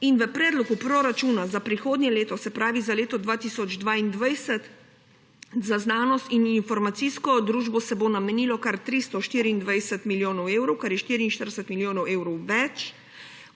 in v predlogu proračuna za prihodnje leto, se pravi za leto 2022, za znanost in informacijsko družbo se bo namenilo ker 324 milijonov evrov, kar je 44 milijonov evrov več